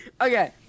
okay